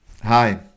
Hi